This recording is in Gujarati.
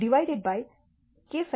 divided by k